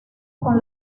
con